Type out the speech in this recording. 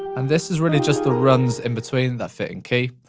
and this is really just the runs in between that fit in key.